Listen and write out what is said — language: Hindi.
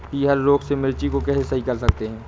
पीहर रोग से मिर्ची को कैसे सही कर सकते हैं?